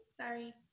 sorry